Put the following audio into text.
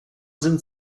sind